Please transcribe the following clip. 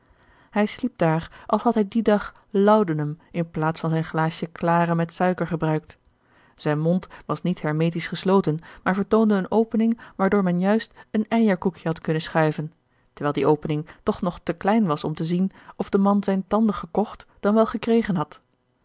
hij sliep daar als had hij dien dag laudanum in plaats van zijn glaasje klare met suiker gebruikt zijn mond was niet hermetisch gesloten maar vertoonde eene opening waardoor men juist een eijerkoekje had kunnen schuiven terwijl die opening toch nog te klein was om te zien of de man zijne tanden gekocht dan wel gekregen had